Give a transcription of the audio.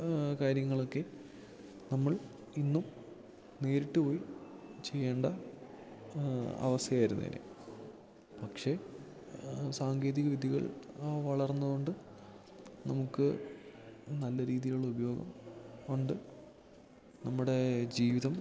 കാര്യങ്ങൾ ഒക്കെ നമ്മൾ ഇന്നും നേരിട്ട് പോയി ചെയ്യേണ്ട അവസ്ഥയായിരുന്നേനെ പക്ഷേ സാങ്കേതിക വിദ്യകൾ വളർന്നതു കൊണ്ട് നമുക്ക് നല്ല രീതിയിലുള്ള ഉപയോഗം ഉണ്ട് നമ്മുടെ ജീവിതം